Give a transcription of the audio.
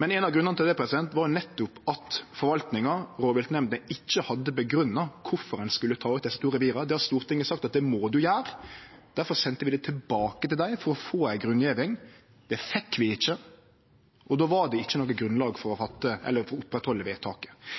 Men ein av grunnane til det var nettopp at forvaltninga, rovviltnemndene, ikkje hadde grunngjeve kvifor ein skulle ta ut desse to revira. Det har Stortinget sagt at dei må gjere. Difor sende vi saka tilbake til dei for å få ei grunngjeving. Det fekk vi ikkje, og då var det ikkje noko grunnlag for å oppretthalde vedtaket.